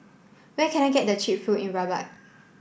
where can I get cheap food in Rabat